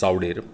चावडेर